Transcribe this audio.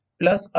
plus